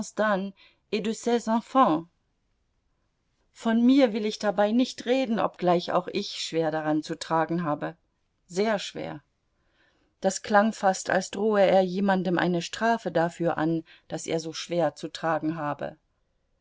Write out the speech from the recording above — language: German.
von mir will ich dabei nicht reden obgleich auch ich schwer daran zu tragen habe sehr schwer das klang fast als drohe er jemandem eine strafe dafür an daß er so schwer zu tragen habe